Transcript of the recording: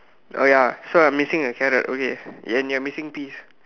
oh ya so I'm missing a carrot okay and you're missing peas